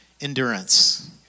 endurance